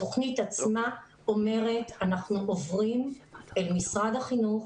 התוכנית עצמה אומרת שאנחנו עוברים אל משרד החינוך,